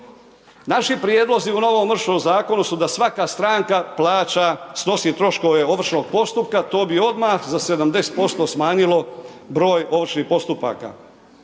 Naši prijedlozi u novom Ovršnom zaknou su da svaka stranka plaća, snosi troškove ovršnog postupka, to bi odmah za 70% smanjilo broj ovršnih postupaka.